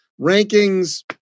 Rankings